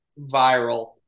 Viral